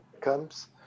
comes